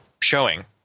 showing